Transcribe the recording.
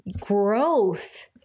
growth